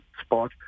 spot